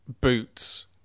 boots